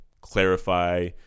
clarify